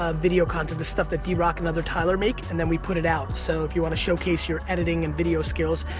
ah video content. the stuff that drock and other tyler make and then we put it out. so if you want showcase your editing and video skills,